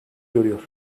görüyor